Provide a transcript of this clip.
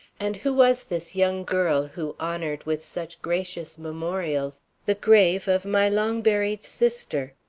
and who was this young girl who honored with such gracious memorials the grave of my long-buried sister?